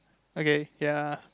okay ya